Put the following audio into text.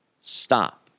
stop